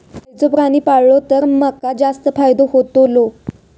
खयचो प्राणी पाळलो तर माका जास्त फायदो होतोलो?